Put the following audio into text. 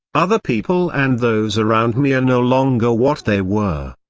other people and those around me are no longer what they were.